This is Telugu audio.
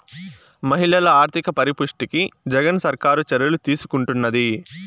మహిళల ఆర్థిక పరిపుష్టికి జగన్ సర్కారు చర్యలు తీసుకుంటున్నది